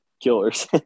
killers